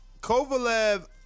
Kovalev